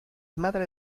madre